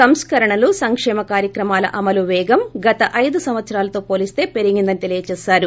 సంస్కరణలు సంకేమ కార్యక్రమాల అమలు పేగం గత ఐదు సంవత్సరాలతో పోలీస్త పెరిగిందని చెప్పారు